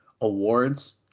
awards